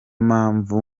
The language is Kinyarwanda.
mpamvu